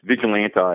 vigilante